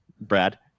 brad